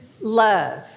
love